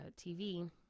TV